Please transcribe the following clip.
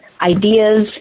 ideas